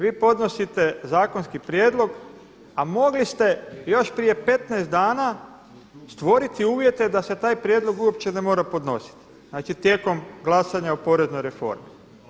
Vi podnosite zakonski prijedlog a mogli ste još prije 15 dana stvoriti uvjete da se taj prijedlog uopće ne mora podnositi znači tijekom glasanja o poreznoj reformi.